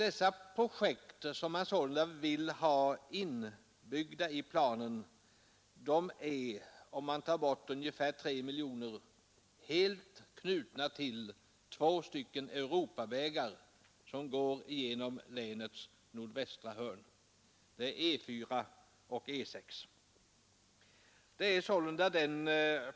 De projekt, som man vill ha inbyggda i planen, är — om man bortser från ungefär 3 miljoner — helt knutna till två Europavägar, som går genom länets nordvästra hörn. Det är E 4 och E 6.